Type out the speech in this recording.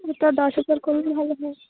ওটা দশ হাজার করলে ভালো হয়